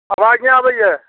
आवाज नहि आबैए